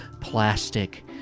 plastic